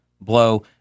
blow